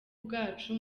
bwacu